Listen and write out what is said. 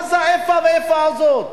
מה זה האיפה והאיפה הזאת?